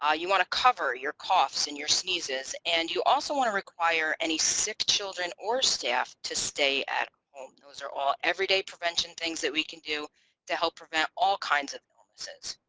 ah you want to cover your coughs and your sneezes and you also want to require any sick children or staff to stay at home. those are all everyday prevention things that we can do to help prevent all kinds of illnesses.